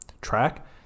track